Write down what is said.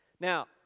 Now